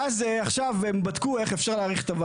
ואז עכשיו הם בדקו איך אפשר להאריך את,